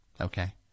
okay